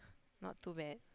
not too bad